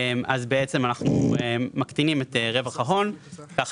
אנחנו בעצם מקטינים את רווח ההון כך